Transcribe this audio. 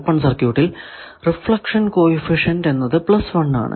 open സർക്യൂട്ടിൽ reflection coefficient എന്നത് 1 ആണ്